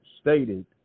stated